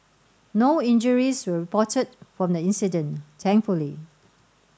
no injuries were reported from the incident thankfully